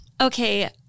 Okay